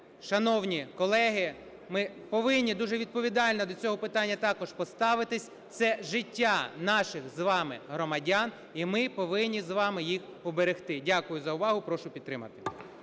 Шановні колеги, ми повинні дуже відповідально до цього питання також поставитися. Це життя наших з вами громадян, і ми повинні з вами їх уберегти. Дякую за увагу. Прошу підтримати.